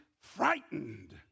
frightened